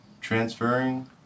transferring